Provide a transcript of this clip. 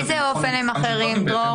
באיזה אופן הם אחרים פה?